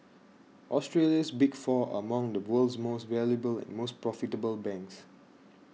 Australia's Big Four are among the world's most valuable and most profitable banks